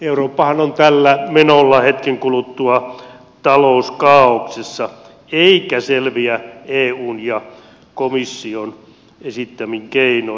eurooppahan on tällä menolla hetken kuluttua talouskaaoksessa eikä selviä eun ja komission esittämin keinoin